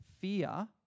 Fear